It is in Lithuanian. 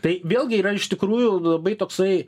tai vėlgi yra iš tikrųjų labai toksai